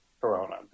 Corona